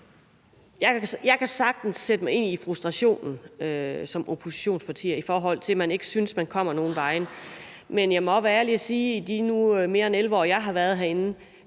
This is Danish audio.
Jeg kan sagtens sætte mig ind i frustrationen hos et oppositionsparti, i forhold til at man ikke synes, man kommer nogen vegne, men nu har jeg været herinde i mere end 11 år, og jeg må være ærlig